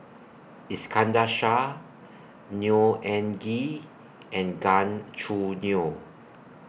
Iskandar Shah Neo Anngee and Gan Choo Neo